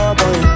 boy